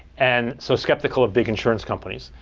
and so skeptical of big insurance companies.